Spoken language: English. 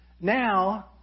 Now